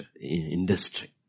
industry